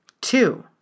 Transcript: Two